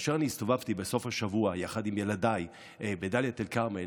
וכאשר אני הסתובבתי בסוף השבוע יחד עם ילדיי בדאלית אל-כרמל,